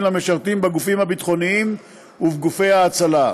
למשרתים בגופים ביטחוניים ובגופי ההצלה.